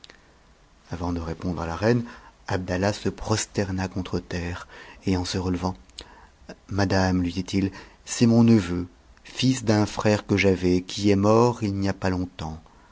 avant de répondre à la reine abdallah se prosterna contre terre et cn se relevant madame lui dit-il c'est mon neveu fils d'un frère p'c j'avais qui est mort il n'y a pas longtemps